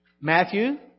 Matthew